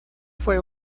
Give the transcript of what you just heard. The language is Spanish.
fue